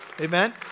Amen